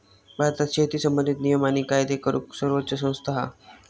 भारतात शेती संबंधित नियम आणि कायदे करूक सर्वोच्च संस्था हा